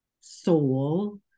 soul